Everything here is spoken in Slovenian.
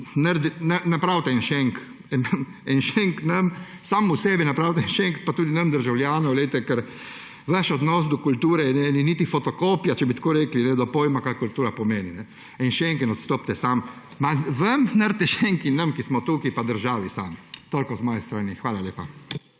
napravite en šenk nam, sami od sebe napravite šenk in tudi nam državljanom, ker vaš odnos do kulture ni niti fotokopija, če bi tako rekli, pojma, kar kultura pomeni. In še enkrat; odstopite sami, vam naredite šenk in nam, ki smo tukaj pa državi sami. Toliko z moje strani, hvala lepa.